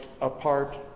apart